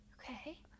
Okay